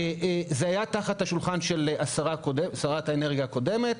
זה היה תחת השולחן של שרת האנרגיה הקודמת.